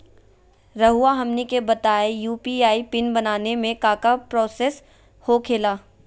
रहुआ हमनी के बताएं यू.पी.आई पिन बनाने में काका प्रोसेस हो खेला?